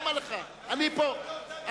אני פה.